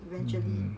hmm